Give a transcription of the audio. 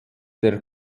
der